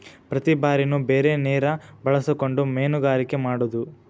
ಪ್ರತಿ ಬಾರಿನು ಬೇರೆ ನೇರ ಬಳಸಕೊಂಡ ಮೇನುಗಾರಿಕೆ ಮಾಡುದು